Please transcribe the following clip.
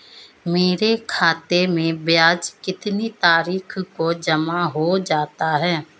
मेरे खाते में ब्याज कितनी तारीख को जमा हो जाता है?